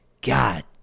god